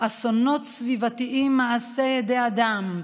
אסונות סביבתיים מעשה ידי אדם,